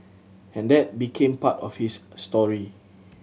and that became part of his story